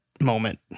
moment